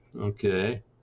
Okay